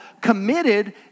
committed